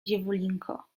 dziewulinko